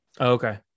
Okay